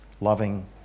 Loving